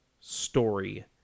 story